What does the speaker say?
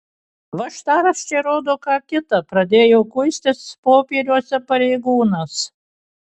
važtaraščiai rodo ką kita pradėjo kuistis popieriuose pareigūnas